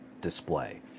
display